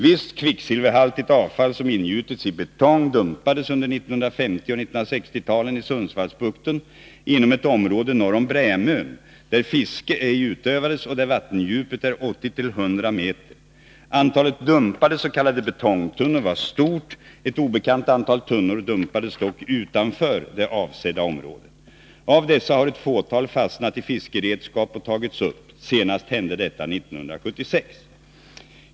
Visst kvicksilverhaltigt avfall som ingjutits i betong dumpades under 1950 och 1960-talen i Sundsvallsbukten inom ett område norr om Brämön där fiske ej utövades och där vattendjupet är 80-100 meter. Antalet dumpade s.k. betongtunnor var stort. Ett obekant antal tunnor dumpades dock utanför det avsedda området. Av dessa har ett fåtal fastnat i fiskeredskap och tagits upp. Senast hände detta 1976.